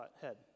head